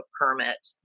permit